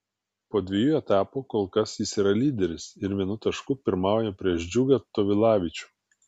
po dviejų etapų kol kas jis yra lyderis ir vienu tašku pirmauja prieš džiugą tovilavičių